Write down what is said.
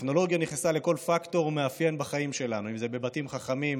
הטכנולוגיה נכנסה לכל פקטור ומאפיין בחיים שלנו: בבתים חכמים,